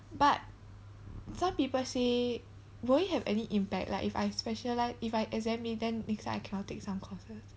but some people say will it have any impact like if I specialise if I exempt mean then next time I cannot take some courses